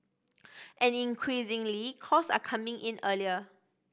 and increasingly calls are coming in earlier